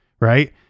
right